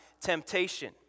temptation